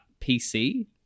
PC